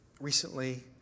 recently